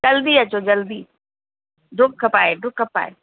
जल्दी अचो जल्दी ॾुकु पाए ॾुकु पाए